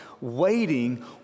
waiting